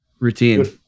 routine